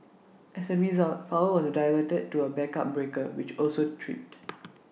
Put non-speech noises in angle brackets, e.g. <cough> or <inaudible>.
as A result power was diverted to A backup breaker which also tripped <noise>